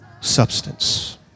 Substance